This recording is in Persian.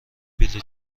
بلیط